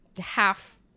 half